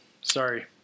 Sorry